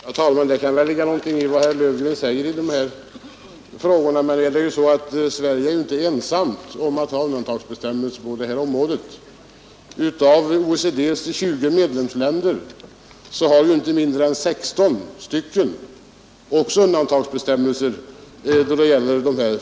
Herr talman! Det kan väl ligga någonting i vad herr Löfgren säger. Onsdagen den Men nu är det ju så att Sverige inte är ensamt om att ha undantagsbe 26 april 1972 stämmelser på det här området. Av OECD:s 20 medlemsländer har inte mindre än 16 stycken sådana undantagsbestämmelser.